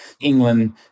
England